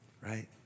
Right